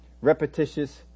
repetitious